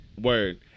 Word